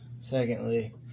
Secondly